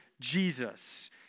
Jesus